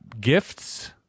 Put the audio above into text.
gifts